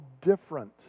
different